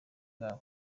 bwabo